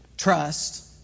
trust